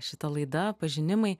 šita laida pažinimai